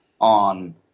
on